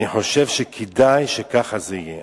אני חושב שכדאי שכך זה יהיה.